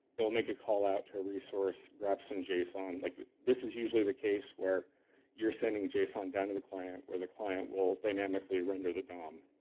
it'll make a call out to a resource, perhaps in json. like this is usually the case where you're sending json down to the client, where the client will dynamically render the dom.